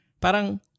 Parang